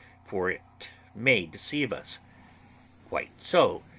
for it may deceive us quite so.